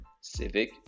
civic